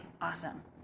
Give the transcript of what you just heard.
Awesome